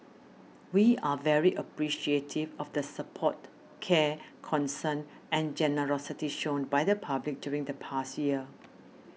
we are very appreciative of the support care concern and generosity shown by the public during the past year